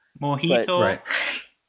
Mojito